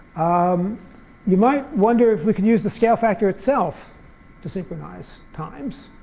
um you might wonder if we can use the scale factor itself to synchronize times.